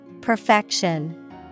Perfection